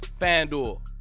FanDuel